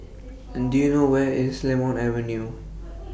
and Do YOU know Where IS Lemon Avenue